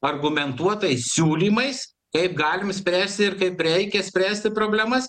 argumentuotais siūlymais kaip galim spręsti ir kaip reikia spręsti problemas